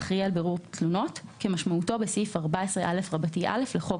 "האחראי על בירור תלונות" כמשמעותו בסעיף 14א(א) לחוק